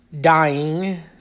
dying